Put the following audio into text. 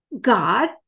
God